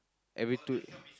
every two week